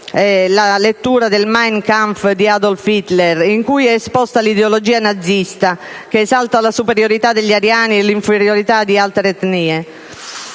la lettura del «*Mein Kampf*» di Adolf Hitler in cui è esposta l'ideologia nazista, che esalta la superiorità degli ariani e l'inferiorità delle altre etnie.